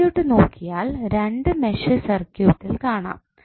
circuit നോക്കിയാൽ രണ്ട് mesh സർക്യൂട്ടിൽ കാണാം